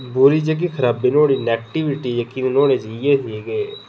ओह्दे च खराबी जेह्ड़ी नैगेटीविटी जेह्की नुहाड़े च इ'यै होंदी कि